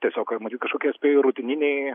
tiesiog matyt kažkokie spėju rutininiai